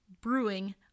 Brewing